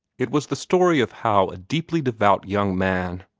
it was the story of how a deeply devout young man,